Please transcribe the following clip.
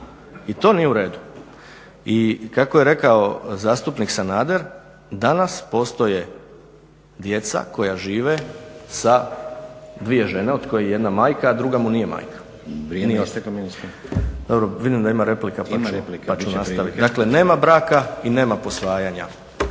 I to nije u redu. I kako je rekao zastupnik Sanader, danas postoje djeca koja žive sa dvije žene, od kojih je jedna majka, a druga mu nije majka. Dobro, vidim da ima replika… … /Upadica Stazić: Ima replika, bit će prilike./ … Dakle, nema braka i nema posvajanja.